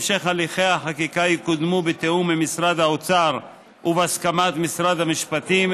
המשך הליכי החקיקה יקודמו בתיאום עם משרד האוצר ובהסכמת משרד המשפטים,